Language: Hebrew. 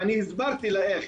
אני הסברתי להם,